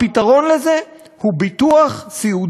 כי אתה בוודאי תגיד שיש בכל זאת שיקולים תקציביים,